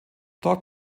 dort